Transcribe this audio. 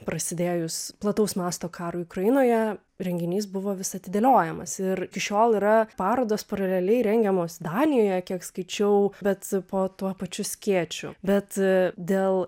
prasidėjus plataus masto karui ukrainoje renginys buvo vis atidėliojamas ir iki šiol yra parodos paraleliai rengiamos danijoje kiek skaičiau bet po tuo pačiu skėčiu bet dėl